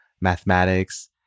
mathematics